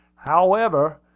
however,